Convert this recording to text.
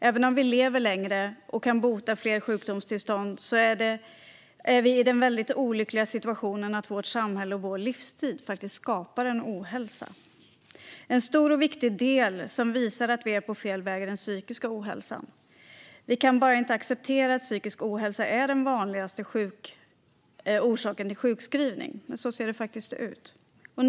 Även om vi lever längre och kan bota fler sjukdomstillstånd är vi i den väldigt olyckliga situationen att vårt samhälle och vår livsstil skapar ohälsa. En stor och viktig del som visar att vi är på fel väg är den psykiska ohälsan. Vi kan bara inte acceptera att psykisk ohälsa är den vanligaste orsaken till sjukskrivning. Men det ser faktiskt ut på det sättet.